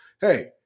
hey